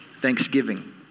thanksgiving